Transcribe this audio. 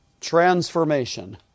Transformation